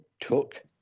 took